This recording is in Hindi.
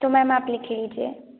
तो मैम आप लिख लीजिए